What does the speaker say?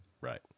Right